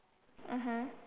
mmhmm